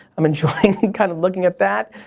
i'm enjoying kind of looking at that,